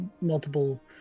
multiple